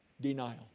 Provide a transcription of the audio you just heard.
Denial